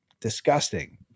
Disgusting